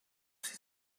sie